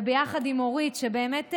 וביחד עם אורית, שבאמת נלחמה,